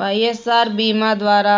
వై.ఎస్.ఆర్ బీమా ద్వారా